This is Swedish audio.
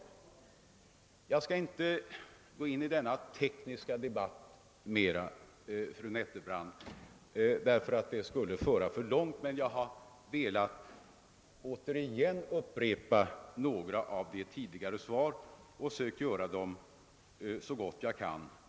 Jag skall inte närmare gå in på denna tekniska debatt, fru Nettelbrandt, eftersom det skulle föra för långt. Jag har bara velat återigen redovisa några av mina tidigare lämnade svar.